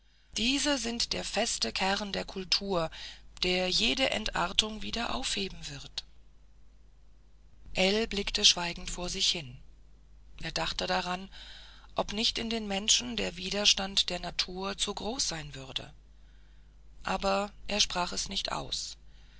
diese sind der feste kern der kultur der jede entartung wieder aufheben wird ell blickte schweigend vor sich hin er dachte daran ob nicht in den menschen der widerstand der natur zu groß sein würde aber er sprach es nicht aus